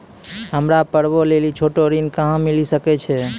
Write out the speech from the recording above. हमरा पर्वो लेली छोटो ऋण कहां मिली सकै छै?